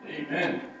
Amen